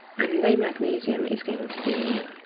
and low magnesium is going to be